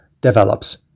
develops